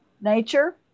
Nature